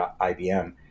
IBM